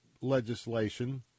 legislation